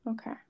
okay